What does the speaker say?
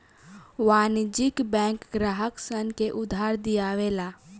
वाणिज्यिक बैंक ग्राहक सन के उधार दियावे ला